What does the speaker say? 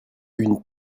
une